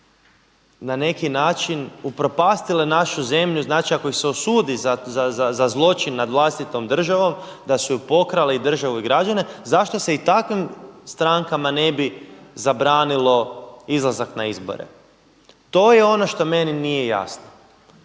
na neki način upropastile našu zemlju, znači ako ih se osudi za zločin nad vlastitom državom, da su pokrale i državu i građane, zašto se i takvim strankama ne bi zabranilo izlazak na izbore. To je ono što meni nije jasno.